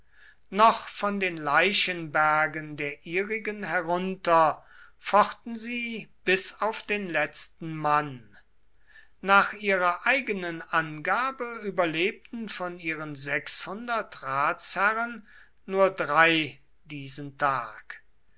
noch von den leichenbergen der ihrigen herunter fochten sie bis auf den letzten mann nach ihrer eigenen angabe überlebten von ihren sechshundert ratsherren nur drei diesen tag